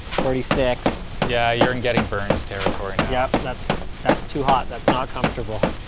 forty six. yeah, you're in getting burned territory now. yep, that's that's too hot, that's not comfortable.